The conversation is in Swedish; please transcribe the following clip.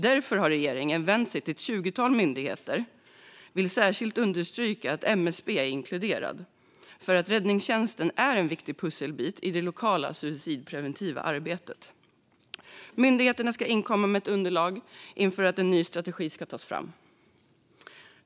Därför har regeringen vänt sig till ett tjugotal myndigheter, och jag vill särskilt understryka att MSB är inkluderat. Räddningstjänsten är en viktig pusselbit i det lokala suicidpreventiva arbetet. Myndigheterna ska inkomma med ett underlag inför att en ny strategi ska tas fram.